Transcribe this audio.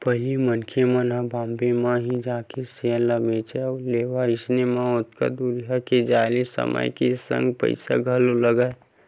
पहिली मनखे मन ह बॉम्बे म ही जाके सेयर ल बेंचय अउ लेवय अइसन म ओतका दूरिहा के जाय ले समय के संग पइसा घलोक लगय